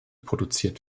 produziert